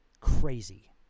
crazy